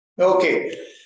Okay